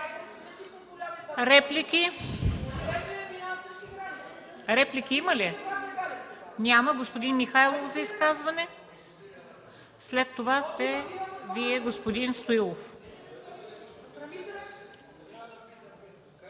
Реплики? Реплики има ли? Няма. Господин Михайлов – за изказване. След това сте Вие, господин Стоилов.